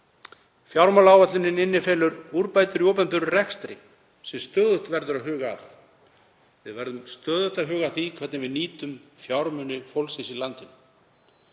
Fjármálaáætlunin innifelur úrbætur í opinberum rekstri sem stöðugt verður að huga að. Við verðum stöðugt að huga að því hvernig við nýtum fjármuni fólksins í landinu.